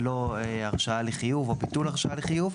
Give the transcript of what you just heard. ולא הרשאה לחיוב או ביטול הרשאה לחיוב.